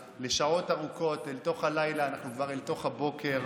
לשעות ארוכות אל תוך הלילה אנחנו כבר אל תוך הבוקר,